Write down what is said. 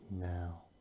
Now